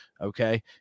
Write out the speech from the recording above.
Okay